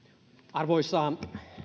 arvoisa